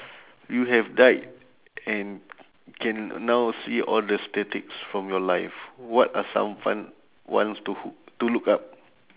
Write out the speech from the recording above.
you have died and can now see all the statistics from your life what are some fun ones to h~ to look up